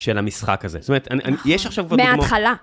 של המשחק הזה. זאת אומרת, יש עכשיו כבר דוגמאות... מההתחלה.